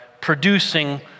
producing